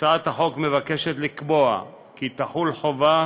בהצעת החוק מוצע לקבוע כי תחול חובה